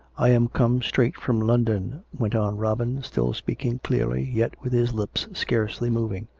i am come straight from london, went on robin, still speaking clearly, yet with his lips scarcely moving.